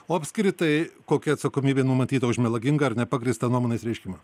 o apskritai kokia atsakomybė numatyta už melagingą ar nepagrįstą nuomonės reiškimą